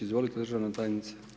Izvolite državna tajnice.